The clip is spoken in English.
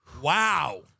Wow